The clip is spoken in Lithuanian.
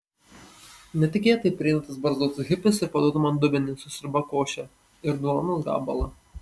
netikėtai prieina tas barzdotas hipis ir paduoda man dubenį su sriuba koše ir duonos gabalą